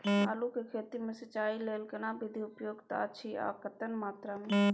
आलू के खेती मे सिंचाई लेल केना विधी उपयुक्त अछि आ कतेक मात्रा मे?